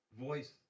voice